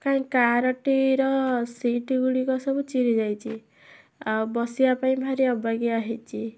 କାଇଁ କାର୍ଟିର ସିଟ୍ଗୁଡ଼ିକ ସବୁ ଚିରି ଯାଇଛି ଆଉ ବସିବା ପାଇଁ ଭାରି ଅବାଗିଆ ହୋଇଛି